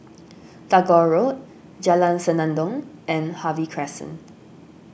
Tagore Road Jalan Senandong and Harvey Crescent